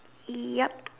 yep